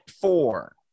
Four